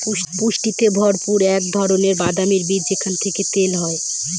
পুষ্টিতে ভরপুর এক ধরনের বাদামের বীজ যেখান থেকে তেল হয়